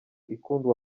ikunda